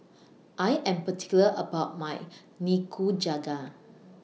I Am particular about My Nikujaga